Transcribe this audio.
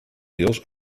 deels